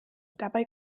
dabei